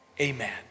Amen